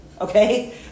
okay